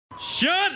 shut